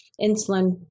insulin